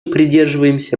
придерживаемся